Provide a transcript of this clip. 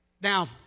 Now